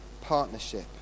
partnership